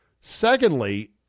Secondly